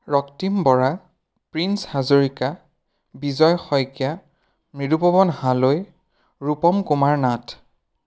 Raktim Bora Prince Hazarika Bijoy Saikia Mridupawan Haloi Rupam Kumar Nath